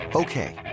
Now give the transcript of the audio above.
Okay